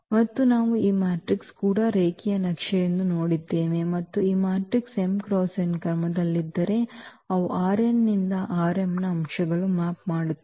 ಮತ್ತು ನಾವು ಈ ಮ್ಯಾಟ್ರಿಕ್ಸ್ ಕೂಡ ರೇಖೀಯ ನಕ್ಷೆ ಎಂದು ನೋಡಿದ್ದೇವೆ ಮತ್ತು ಮ್ಯಾಟ್ರಿಕ್ಸ್ m × n ಕ್ರಮದಲ್ಲಿದ್ದರೆ ಅವು ನಿಂದ ನ ಅಂಶಗಳನ್ನು ಮ್ಯಾಪ್ ಮಾಡುತ್ತವೆ